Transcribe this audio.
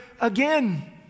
again